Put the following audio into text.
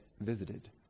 visited